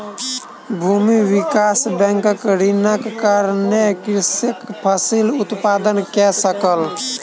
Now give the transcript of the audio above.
भूमि विकास बैंकक ऋणक कारणेँ कृषक फसिल उत्पादन कय सकल